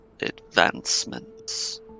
advancements